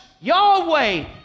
Yahweh